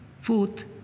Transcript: food